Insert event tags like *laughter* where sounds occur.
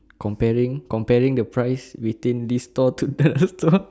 comparing comparing the price between this store *noise* to that store